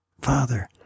Father